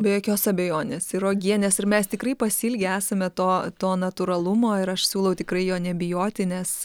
be jokios abejonės ir uogienės ir mes tikrai pasiilgę esame to to natūralumo ir aš siūlau tikrai jo nebijoti nes